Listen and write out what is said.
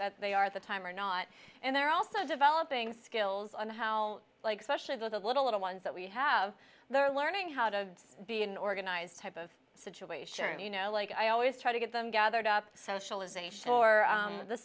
like they are at the time or not and they're also developing skills and how like especially the little little ones that we have they're learning how to be an organized type of situation and you know like i always try to get them gathered up socialization or